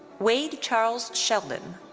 wade charles sheldon.